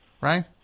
Right